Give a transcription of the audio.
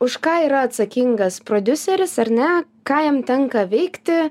už ką yra atsakingas prodiuseris ar ne ką jam tenka veikti